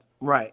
Right